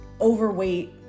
overweight